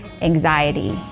anxiety